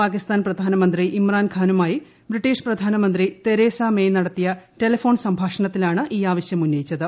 പാകിസ്ഥാൻ പ്രധാനമന്ത്രി ഇമ്രാൻ ഖാനുമായി ബ്രിട്ടീഷ് പ്രധാനമന്ത്രി തെരേസമേ നടത്തിയ ടെലഫോൺ സംഭാഷണത്തിലാണ് ഈ ആവശ്യാ ഉന്നയിച്ചത്